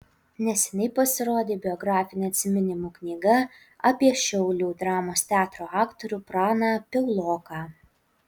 neseniai pasirodė biografinė atsiminimų knyga apie šiaulių dramos teatro aktorių praną piauloką